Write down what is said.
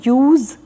use